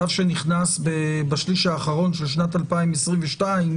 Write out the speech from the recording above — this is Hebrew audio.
צו שנכנס בשליש האחרון של שנת 2022,